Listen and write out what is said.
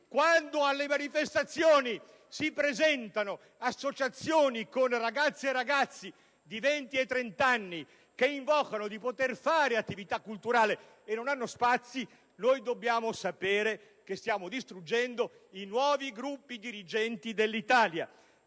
Quando alle manifestazioni si presentano associazioni con ragazze e ragazzi di 20 e 30 anni che invocano di poter svolgere attività culturali per le quali non hanno spazio, dobbiamo essere consapevoli che stiamo distruggendo i nuovi gruppi dirigenti dell'Italia.